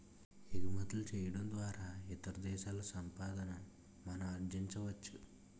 ఎగుమతులు చేయడం ద్వారా ఇతర దేశాల సంపాదన మనం ఆర్జించవచ్చు